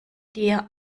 dir